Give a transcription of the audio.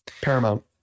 Paramount